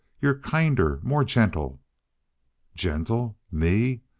you're kinder, more gentle gentle? me?